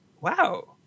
wow